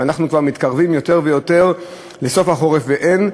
ואנחנו כבר מתקרבים יותר ויותר לסוף החורף ואין.